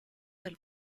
del